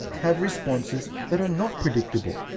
have responses that are not predictable,